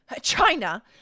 China